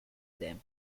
them